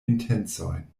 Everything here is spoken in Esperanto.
intencojn